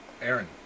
Aaron